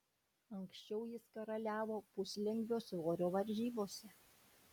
anksčiau jis karaliavo puslengvio svorio varžybose